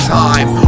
time